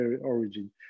origin